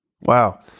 Wow